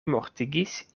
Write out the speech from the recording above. mortigis